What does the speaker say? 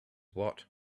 what